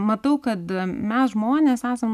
matau kad mes žmonės esam